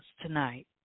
tonight